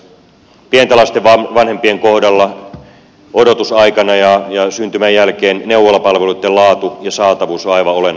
pienten lasten vanhempien kohdalla odotusaikana ja syntymän jälkeen neuvolapalveluitten laatu ja saatavuus on aivan olennainen kysymys